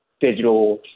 digital